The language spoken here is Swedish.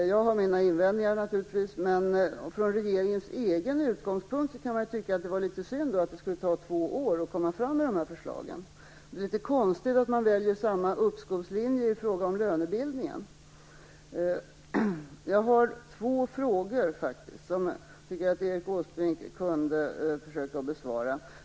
Jag har naturligtvis mina invändningar, men från regeringens egen utgångspunkt kan man tycka att det var litet synd att det skulle ta två år att komma fram till dessa förslag. Det är litet konstigt att man väljer samma uppskovslinje i fråga om lönebildningen. Jag har två frågor som jag tycker att Erik Åsbrink kunde försöka besvara.